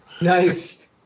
Nice